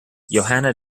johanna